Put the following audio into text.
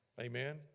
Amen